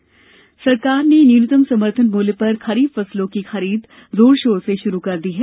समर्थन मूल्य सरकार ने न्यूनतम समर्थन मूल्य पर खरीफ फसलों की खरीद जोर शोर से शुरू कर दी है